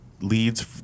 leads